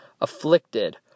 afflicted